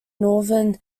northern